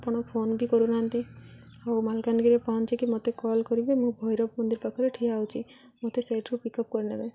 ଆପଣ ଫୋନ ବି କରୁନାହାନ୍ତି ହଉ ମାଲକାନଗିରେ ପହଞ୍ଚିକି ମୋତେ କଲ୍ କରିବେ ମୁଁ ଭୈରବ ମନ୍ଦିର ପାଖରେ ଠିଆ ହେଉଛି ମୋତେ ସେଇଠୁ ପିକ୍ ଅପ୍ କରିନେବେ